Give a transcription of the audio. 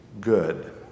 good